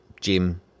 jim